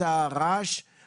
של מטיילים אחרים.